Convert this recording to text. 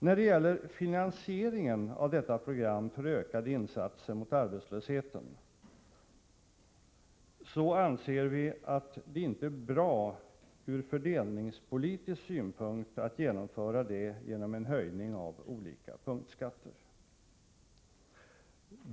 När det gäller finansieringen av detta program för ökade insatser mot arbetslösheten anser vi att det inte är bra ur fördelningspolitisk synpunkt att genomföra den genom en höjning av olika punktskatter.